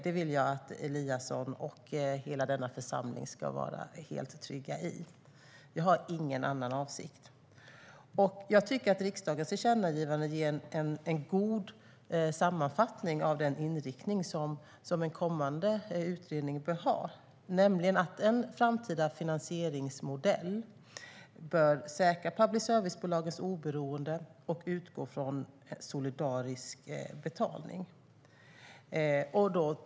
Det vill jag att Eliasson och hela denna församling ska vara helt trygg med. Jag har ingen annan avsikt. Jag tycker att riksdagens tillkännagivande ger en god sammanfattning av den inriktning som en kommande utredning bör ha, nämligen att en framtida finansieringsmodell bör säkra public service-bolagens oberoende och utgå från solidarisk betalning.